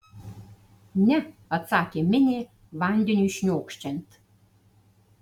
ne atsakė minė vandeniui šniokščiant